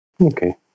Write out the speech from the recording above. okay